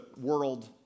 world